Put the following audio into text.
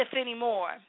anymore